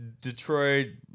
detroit